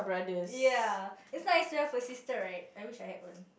ya you still have a sister right I wish I had one